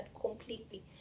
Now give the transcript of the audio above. completely